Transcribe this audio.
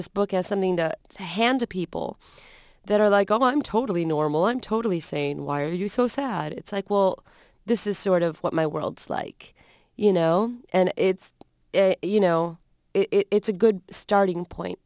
this book as something to hand to people that are like oh i'm totally normal i'm totally saying why are you so sad it's like well this is sort of what my world's like you know and it's a you know it's a good starting point